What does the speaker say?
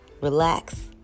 relax